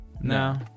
No